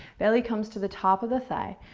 belly comes to the top of the thigh.